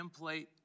template